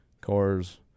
cars